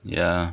ya